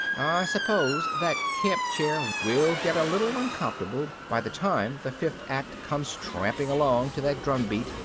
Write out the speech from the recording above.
suppose that camp chair will get a little uncomfortable by the time the fifth act comes tramping along to that drumbeat,